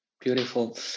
Beautiful